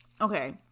Okay